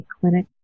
clinic